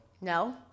No